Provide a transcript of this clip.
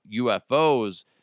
UFOs